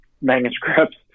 manuscripts